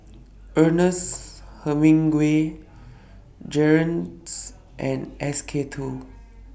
Ernest Hemingway Jergens and S K two